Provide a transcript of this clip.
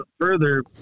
further